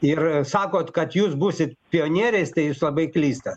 ir sakot kad jūs būsit pionieriais tai jūs labai klysta